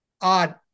odd